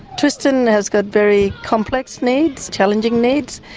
tristan has got very complex needs, challenging needs.